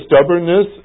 stubbornness